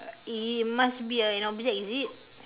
it must be a an object is it